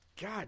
God